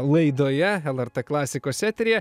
laidoje lrt klasikos eteryje